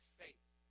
faith